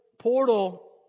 portal